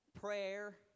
prayer